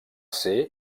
ser